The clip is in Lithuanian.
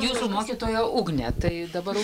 jūsų mokytoja ugnė tai dabar